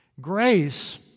Grace